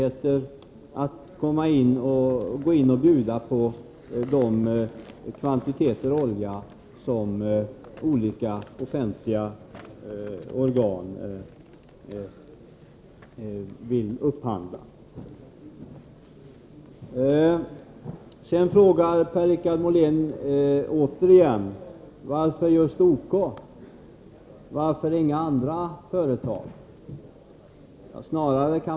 Detta ger alla företag lika möjligheter att bjuda på de kvantiteter olja som olika offentliga organ vill upphandla. Per-Richard Molén frågar återigen: Varför just OK och varför inga andra företag?